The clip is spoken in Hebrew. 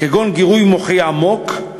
כגון גירוי מוחי עמוק,